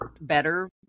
better